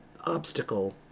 obstacle